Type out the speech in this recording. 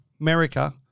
America